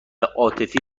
عاطفی